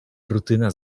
rutyna